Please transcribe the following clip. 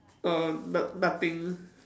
err no~ nothing